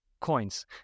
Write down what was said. coins